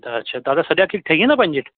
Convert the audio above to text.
त अछा दादा सॼा केक ठही वेंदा पंहिंजे वटि